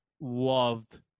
loved